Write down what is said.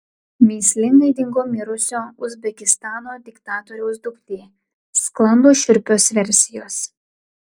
mįslingai dingo mirusio uzbekistano diktatoriaus duktė sklando šiurpios versijos